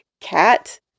cat